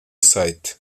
site